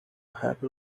happy